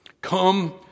come